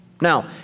Now